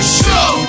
show